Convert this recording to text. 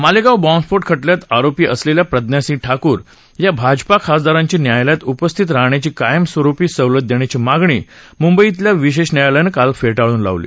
मालेगाव बॅबस्फोट खटल्यात आरोपी असलेल्या प्रज्ञा सिंग ठाकूर या भाजपा खासदारांची न्यायालयात उपस्थित राहण्यात कायम स्वरुपी सवलत देण्याची मागणी मुंबईतल्या विशेष न्यायालयानं काल फेटाळून लावली